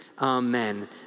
amen